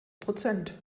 prozent